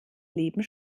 leben